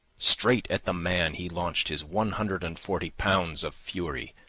straight at the man he launched his one hundred and forty pounds of fury,